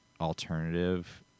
alternative